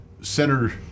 center